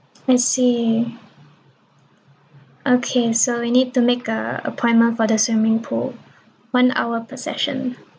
I see okay so we need to make a appointment for the swimming pool one hour per session